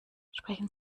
sprechen